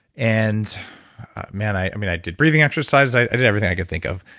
and man, i i mean, i did breathing exercises. i did everything i could think of.